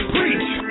Preach